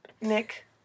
Nick